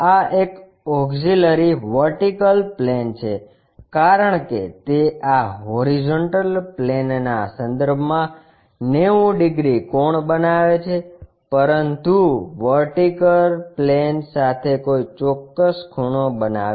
આ એક auxiliary vertical plane છે કારણ કે તે આ હોરીઝોન્ટલ પ્લેનના સંદર્ભમાં 90 ડિગ્રી કોણ બનાવે છે પરંતુ વર્ટિકલ પ્લેન સાથે કોઈ ચોકકસ ખૂણો બનાવે છે